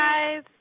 guys